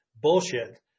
bullshit